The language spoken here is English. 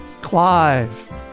Clive